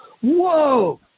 whoa